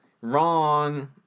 Wrong